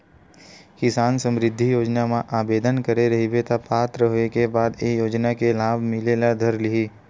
किसान समरिद्धि योजना म आबेदन करे रहिबे त पात्र होए के बाद ए योजना के लाभ मिले ल धर लिही